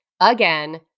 Again